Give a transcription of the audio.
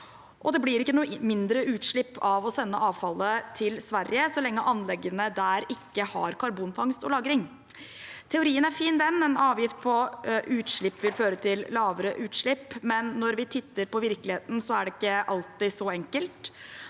søppeleksporten 2671 mindre utslipp av å sende avfallet til Sverige så lenge anleggene der ikke har karbonfangst og -lagring. Teorien er fin, den: Avgift på utslipp vil føre til lavere utslipp. Likevel, når vi titter på virkeligheten, er det ikke alltid så enkelt.